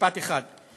משפט אחד.